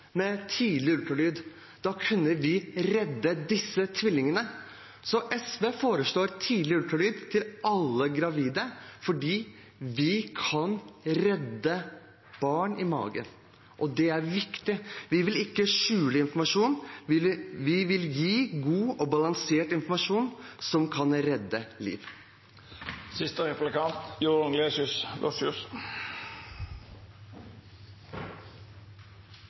redde disse tvillingene. SV foreslår tidlig ultralyd til alle gravide fordi vi kan redde barn i magen, og det er viktig. Vi vil ikke skjule informasjon. Vi vil gi god og balansert informasjon som kan redde